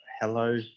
hello